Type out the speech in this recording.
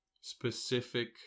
specific